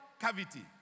cavity